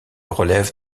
relève